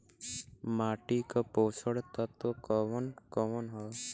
माटी क पोषक तत्व कवन कवन ह?